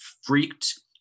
freaked